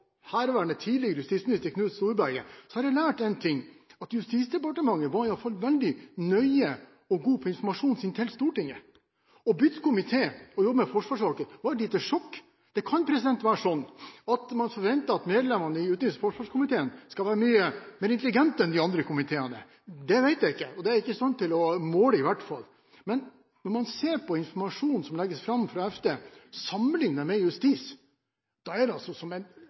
herværende, tidligere justisminister Knut Storberget, har jeg lært én ting – at Justisdepartementet var i hvert fall veldig nøye og god på sin informasjon til Stortinget. Å bytte komité og jobbe med forsvarssaker var et lite sjokk. Det kan være sånn at man forventer at medlemmene i utenriks- og forsvarskomiteen skal være mye mer intelligente enn dem i andre komiteer. Det vet jeg ikke, og det er jeg i hvert fall ikke i stand til å måle. Men når man ser på informasjonen som legges fram fra Forsvarsdepartementet sammenlignet med informasjonen fra Justisdepartementet: Det